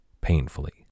painfully